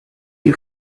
you